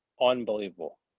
unbelievable